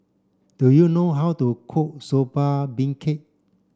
do you know how to cook Soba Beancurd